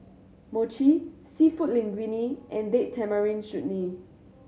Mochi Seafood Linguine and Date Tamarind Chutney